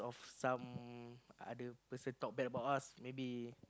some other person talk bad about us maybe